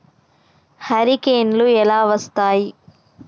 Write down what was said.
హరికేన్లు ఎలా వస్తాయి?